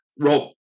Rob